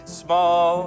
small